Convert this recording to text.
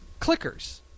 clickers